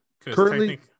currently